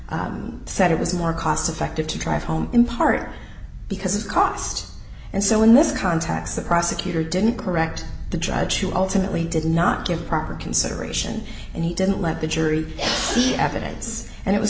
said it was more cost effective to drive home in part because of cost and so in this context the prosecutor didn't correct the judge to ultimately did not get proper consideration and he didn't let the jury evidence and it was